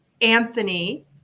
Anthony